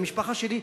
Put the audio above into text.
למשפחה שלי,